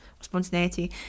spontaneity